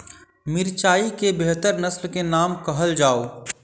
मिर्चाई केँ बेहतर नस्ल केँ नाम कहल जाउ?